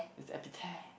it's epitare